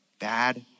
bad